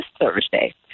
thursday